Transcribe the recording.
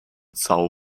são